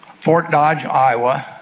fort dodge iowa